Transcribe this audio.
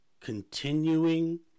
continuing